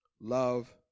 Love